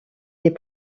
des